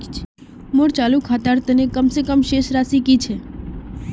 मोर चालू खातार तने कम से कम शेष राशि कि छे?